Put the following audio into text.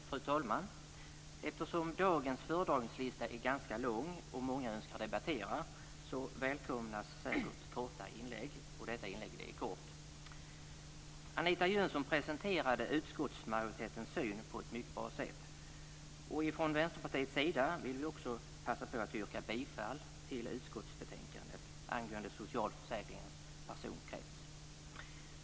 Fru talman! Eftersom dagens föredragningslista är ganska lång och många önskar debattera välkomnas säkert korta inlägg, och detta inlägg är kort. Anita Jönsson presenterade utskottsmajoritetens syn på ett mycket bra sätt. Från Vänsterpartiets sida vill jag också passa på att yrka bifall till utskottsmajoritetens yrkande i socialförsäkringsutskottets betänkande angående socialförsäkringens personkrets.